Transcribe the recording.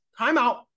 Timeout